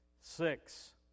Six